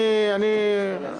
שאני אבין.